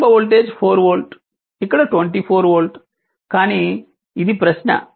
ప్రారంభ voltage 4 volt ఇక్కడ 24 volt కానీ ఇది ప్రశ్న